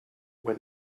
when